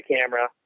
camera